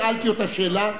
שאלתי אותה שאלה,